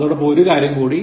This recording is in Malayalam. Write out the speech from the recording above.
അതോടൊപ്പം ഒരു കാര്യം കൂടി